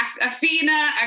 Athena